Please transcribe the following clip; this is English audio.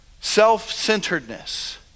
Self-centeredness